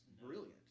brilliant